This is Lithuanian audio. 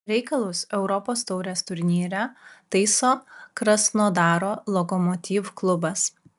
reikalus europos taurės turnyre taiso krasnodaro lokomotiv klubas